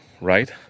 right